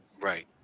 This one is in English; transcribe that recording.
Right